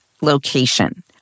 location